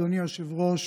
אדוני היושב-ראש,